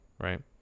right